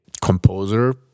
composer